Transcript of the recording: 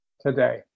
today